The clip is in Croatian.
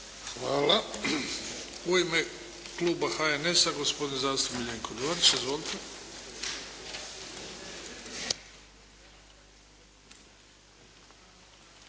Hvala. U ime kluba HNS-a, gospodin zastupnik Miljenko Dorić. Izvolite.